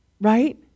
right